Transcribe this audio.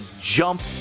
jump